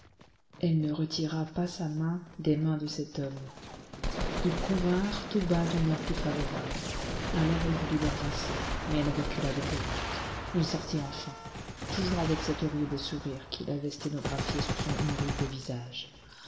elle ne retira pas sa main des mains de cet homme ils convinrent tout bas d'une heure plus favorable alors il voulut l'embrasser mais elle recula d'épouvante il sortit enfin toujours avec cet horrible sourire qu'il avait sténographié sur son horrible visage